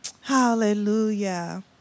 Hallelujah